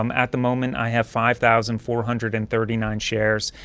um at the moment, i have five thousand four hundred and thirty nine shares.